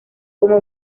como